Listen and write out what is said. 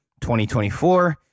2024